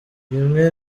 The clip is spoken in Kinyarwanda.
rimwe